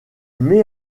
met